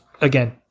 again